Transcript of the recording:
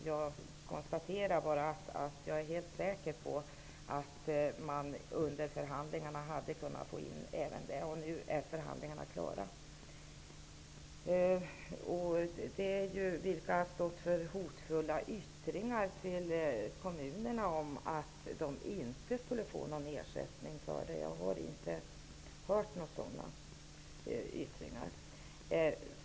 Jag konstaterar bara att jag är helt säker på att man i förhandlingarna hade kunnat få in även detta. Nu är förhandlingarna klara. Statsrådet talar om hotfulla yttranden om att kommunerna inte skulle få någon ersättning. Jag har inte hört några sådana.